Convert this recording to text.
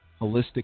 Holistic